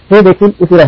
हे देखील उशीर आहे